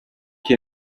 che